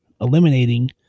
eliminating